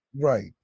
Right